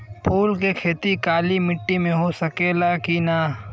फूल के खेती काली माटी में हो सकेला की ना?